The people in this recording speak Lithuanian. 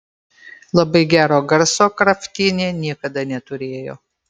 labai gero garso kraftienė niekada neturėjo